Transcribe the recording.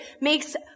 makes